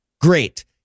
Great